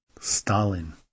Stalin